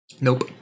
Nope